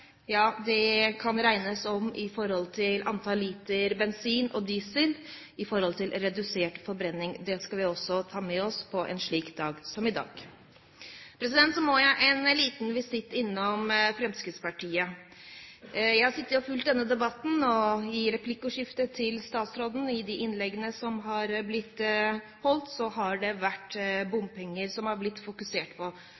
kan regnes om til antall liter bensin og diesel og redusert forbrenning. Det skal vi også ta med oss på en dag som i dag. Så må jeg en liten visitt innom Fremskrittspartiet. Jeg har sittet og fulgt denne debatten, og i de innleggene som er blitt holdt i replikkordskiftet til statsråden, er det bompenger det har det vært